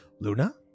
Luna